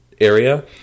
area